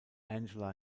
angela